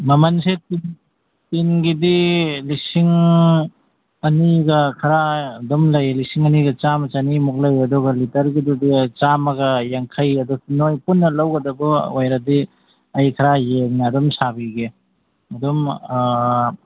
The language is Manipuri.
ꯃꯃꯟꯁꯦ ꯇꯤꯟꯒꯤꯗꯤ ꯂꯤꯁꯤꯡ ꯑꯅꯤꯒ ꯈꯔ ꯑꯗꯨꯝ ꯂꯩ ꯂꯤꯁꯤꯡ ꯑꯅꯤꯒ ꯆꯥꯝꯃ ꯆꯅꯤꯃꯨꯛ ꯂꯩ ꯑꯗꯨꯒ ꯂꯤꯇꯔꯒꯤꯗꯨꯗꯤ ꯆꯥꯝꯃꯒ ꯌꯥꯡꯈꯩ ꯑꯗꯨ ꯅꯣꯏ ꯄꯨꯟꯅ ꯂꯧꯒꯗꯕ ꯑꯣꯏꯔꯗꯤ ꯑꯩ ꯈꯔ ꯌꯦꯡꯅ ꯑꯗꯨꯝ ꯁꯥꯕꯤꯒꯦ ꯑꯗꯨꯝ